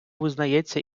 визнається